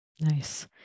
Nice